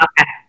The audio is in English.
Okay